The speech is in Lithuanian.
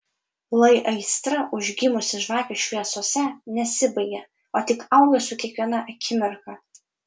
lai aistra užgimusi žvakių šviesose nesibaigia o tik auga su kiekviena akimirka